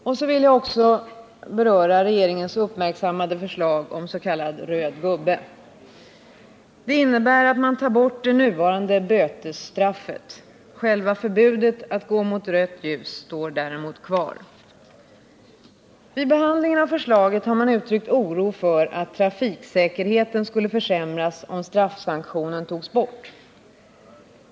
Jag vill också beröra regeringens uppmärksammade förslag om s.k. röd gubbe. Det innebär att man tar bort det nuvarande bötesstraffet. Själva förbudet att gå mot rött ljus står däremot kvar. Vid behandlingen av förslaget har man uttryckt oro för att trafiksäkerheten skulle försämras om straffsanktionen togs bort.